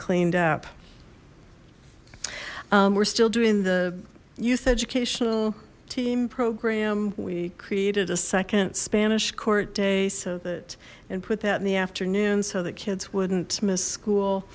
cleaned up we're still doing the youth educational team program we created a second spanish court day so that and put that in the afternoon so that kids wouldn't miss school